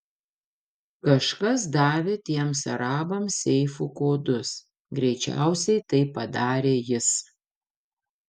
kažkas davė tiems arabams seifų kodus greičiausiai tai padarė jis